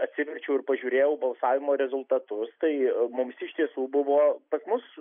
atsiverčiau ir pažiūrėjau balsavimo rezultatus tai mums iš tiesų buvo pas mus